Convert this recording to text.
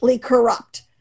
corrupt